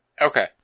Okay